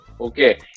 Okay